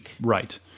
right